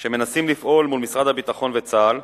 מנסים לפעול מול משרד הביטחון וצה"ל,